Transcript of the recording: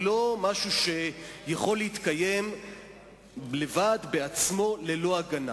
ושם אתה יכול להיכנס לראש הממשלה בלי שום בעיה.